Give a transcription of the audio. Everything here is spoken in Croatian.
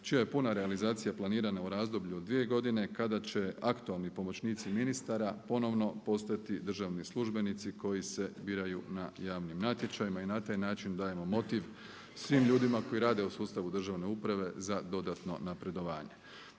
čija je puna realizacija planirana u razdoblju od dvije godine kada će aktualni pomoćnici ministara ponovno postati državni službenici koji se biraju na javnim natječajima i na taj način dajemo motiv svim ljudima koji rade u sustavu državne uprave za dodatno napredovanje.